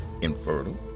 infertile